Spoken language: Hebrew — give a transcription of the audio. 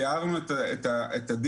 אנחנו תיארנו את הדין.